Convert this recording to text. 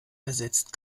ersetzt